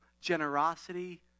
generosity